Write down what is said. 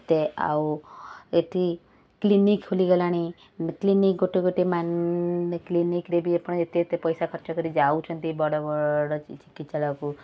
ତେ ଆଉ ଏଇଠି କ୍ଲିନିକ ଖୋଲିଗଲାଣି କ୍ଲିନିକ ଗୋଟେ ଗୋଟେ ମାନେ କ୍ଲିନିକରେ ବି ଆପଣ ଏତେ ଏତେ ପଇସା ଖର୍ଚ୍ଚକରି ଯାଉଛନ୍ତି ବଡ଼ ବଡ଼ ଚିକିତ୍ସାଳୟକୁ